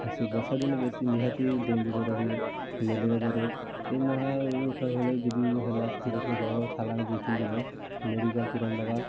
ସେଇ ବର୍ଷା ଦିନେ ବେଶୀ ନିହାତି ଡେଙ୍ଗୁ ଜର ହୁଏ ମେଲେରିଆ ଜର ହୁଏ ଯଦି ହେଲା କିଛି ଦେଖିଲେ ଜର ଛାଡ଼ିଲାନି ଦୁଇ ତିନି ଦିନ ମେଡ଼ିକାଲ୍ ତୁରନ୍ତ ନେବା